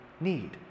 need